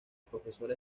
profesor